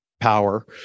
Power